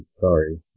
Sorry